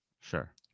Sure